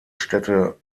städte